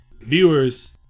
Viewers